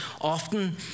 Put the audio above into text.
often